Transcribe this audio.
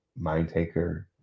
MindTaker